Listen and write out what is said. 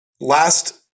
last